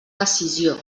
decisió